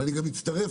אני מצטרף,